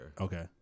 Okay